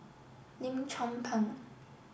Lim Chong Pang